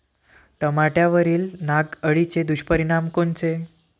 टमाट्यावरील नाग अळीचे दुष्परिणाम कोनचे?